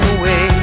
away